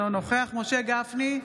אינו נוכח משה גפני,